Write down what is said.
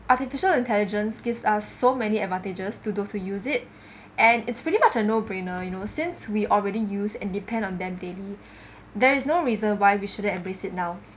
artificial intelligence gives us so many advantages to those who use it and it's pretty much a no brainer you know since we already use and depend on them daily there is no reason why we shouldn't embrace it now